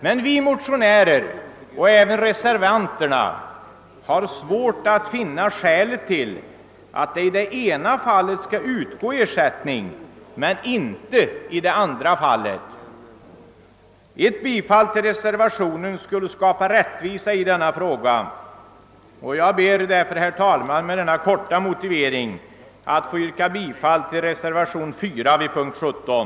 Men vi motionärer och även reservanterna har svårt att finna skäl för att ersättning skall utgå i det ena fallet men inte i det andra. Ett beslut i enlighet med reservationen 4 skulle skapa rättvisa, och jag yrkar med denna korta motivering bifall till nämnda reservation.